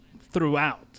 throughout